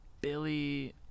Billy